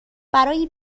برای